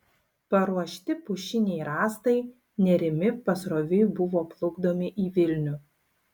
paruošti pušiniai rąstai nerimi pasroviui buvo plukdomi į vilnių